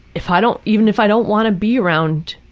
if i don't, even if i don't want to be around,